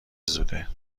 زوده